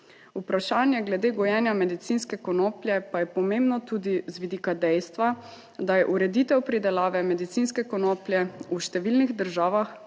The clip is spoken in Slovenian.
Vprašanje glede gojenja medicinske konoplje pa je pomembno tudi z vidika dejstva, da je ureditev pridelave medicinske konoplje v številnih državah,